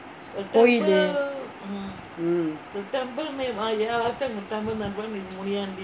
கோயிலு:koyilu mm